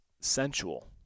sensual